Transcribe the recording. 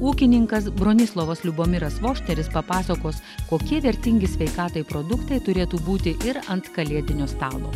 ūkininkas bronislovas liubomiras vošteris papasakos kokie vertingi sveikatai produktai turėtų būti ir ant kalėdinio stalo